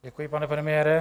Děkuji, pane premiére.